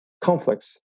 conflicts